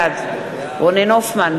בעד רונן הופמן,